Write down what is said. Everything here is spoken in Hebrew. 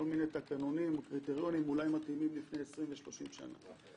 מיני תקנונים אולי מתאימים לפני 20 ו-30 שנה.